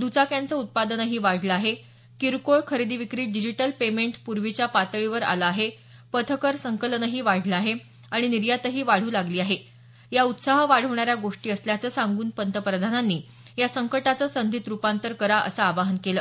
दुचाक्यांचं उत्पादन वाढलं आहे किरकोळ खरेदी विक्रीत डिजिटल पेमेंट पूर्वीच्या पातळीवर आलं आहे पथकर संकलन वाढलंय आणि निर्यातही वाढू लागलीय या उत्साह वाढवणाऱ्या गोष्टी असल्याच सांगून पंतप्रधानांनी या संकटाचं संधीत रुपांतर करा असं आवाहन केलं